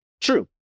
true